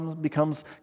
becomes